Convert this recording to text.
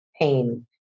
Pain